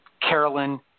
Carolyn